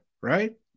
right